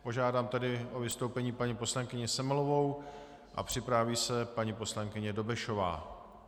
Požádám tedy o vystoupení paní poslankyni Semelovou a připraví se paní poslankyně Dobešová.